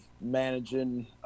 managing